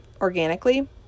organically